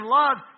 love